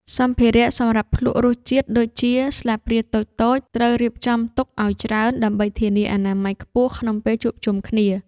សម្ភារៈសម្រាប់ភ្លក្សរសជាតិដូចជា ស្លាបព្រាតូចៗ ត្រូវរៀបចំទុកឱ្យច្រើនដើម្បីធានាអនាម័យខ្ពស់ក្នុងពេលជួបជុំគ្នា។